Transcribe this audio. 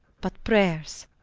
but prayers.